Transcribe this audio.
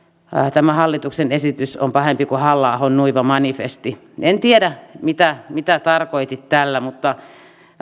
tämä hallituksen esitys on pahempi kuin halla ahon nuiva manifesti en tiedä mitä mitä tarkoitit tällä